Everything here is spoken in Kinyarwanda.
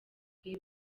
ibi